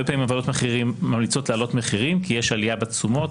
הרבה פעמים ועדות המחירים ממליצות להעלות מחירים כי יש עלייה בתשומות,